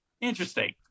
interesting